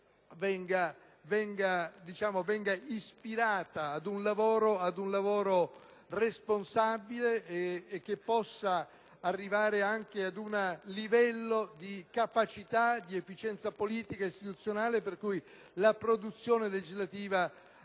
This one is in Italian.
venga ispirata ad un lavoro responsabile che possa arrivare anche ad un livello di capacità, di efficienza politica ed istituzionale per cui la produzione legislativa sia